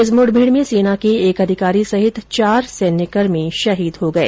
इस मुठभेड़ में सेना के एक अधिकारी सहित चार सैन्यकर्मी भी शहीद हुए